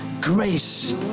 grace